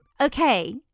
Okay